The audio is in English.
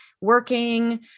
working